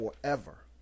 forever